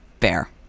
Fair